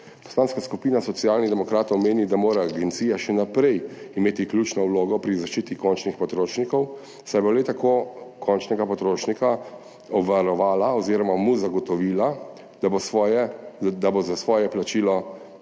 Poslanska skupina Socialnih demokratov meni, da mora agencija še naprej imeti ključno vlogo pri zaščiti končnih potrošnikov, saj bo le tako končnega potrošnika obvarovala oziroma mu zagotovila, da bo za svoje plačilo